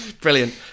brilliant